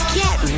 get